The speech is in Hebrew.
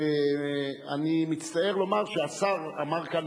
שאני מצטער לומר שהשר אמר כאן,